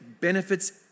benefits